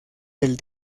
del